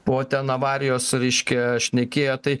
po ten avarijos reiškia šnekėjo tai